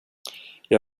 jag